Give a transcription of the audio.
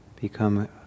become